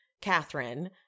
Catherine